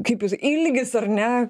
kaip jūs ilgis ar ne